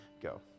go